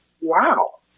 Wow